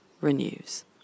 Renews